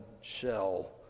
shell